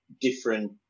different